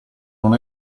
non